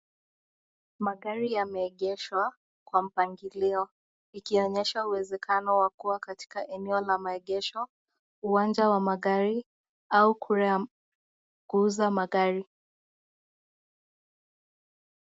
Magari yameegezwa kwa mbagilio ikionyesha uwezekano wa kuwa eneo la maegesho, uwanja wa magari au ya kuuza magari.